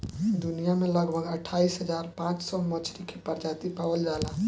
दुनिया में लगभग अट्ठाईस हज़ार पाँच सौ मछरी के प्रजाति पावल जाला